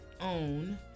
own